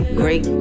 great